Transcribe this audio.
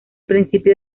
principio